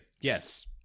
yes